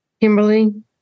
Kimberly